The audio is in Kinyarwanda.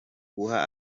guha